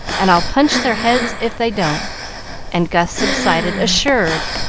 and i'll punch their heads if they don't and gus subsided, assured,